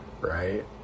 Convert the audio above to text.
right